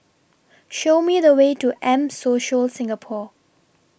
Show Me The Way to M Social Singapore